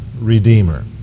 redeemer